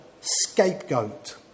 scapegoat